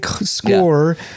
score